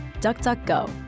DuckDuckGo